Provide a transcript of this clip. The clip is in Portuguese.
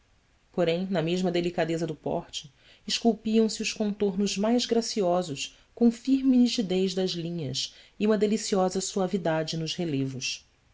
porém na mesma delicadeza do porte esculpiam se os contornos mais graciosos com firme nitidez das linhas e uma deliciosa suavidade nos relevos